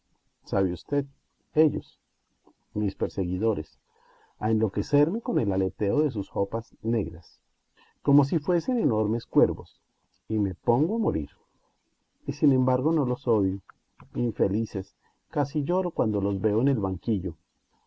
sabe usted ellos mis perseguidores a enloquecerme con el aleteo de sus hopas negras como si fuesen enormes cuervos y me pongo a morir y sin embargo no los odio infelices casi lloro cuando los veo en el banquillo